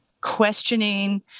questioning